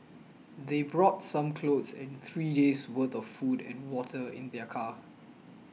they brought some clothes and three days worth of food and water in their car